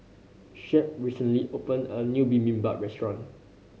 Shep recently opened a new Bibimbap Restaurant